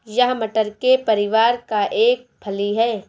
यह मटर के परिवार का एक फली है